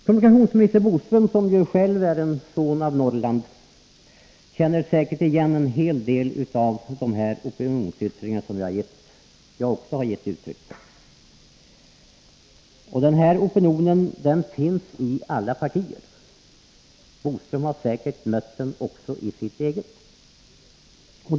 Kommunikationsminister Boström, som ju själv är en son av Norrland, känner säkert igen en hel del av de opinionsyttringar som jag här har framfört. Den här opinionen finns inom alla partier. Curt Boström har säkert mött den också i sitt eget parti.